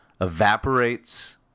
evaporates